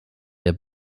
der